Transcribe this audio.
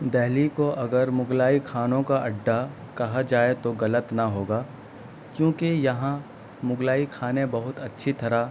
دہلی کو اگر مغلئی کھانوں کا اڈہ کہا جائے تو غلط نہ ہوگا کیونکہ یہاں مغلئی کھانے بہت اچّھی طرح